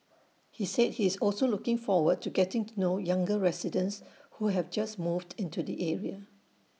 he said he is also looking forward to getting to know younger residents who have just moved into the area